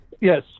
Yes